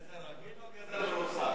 גזר רגיל או גזר מרוסק?